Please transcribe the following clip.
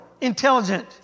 intelligent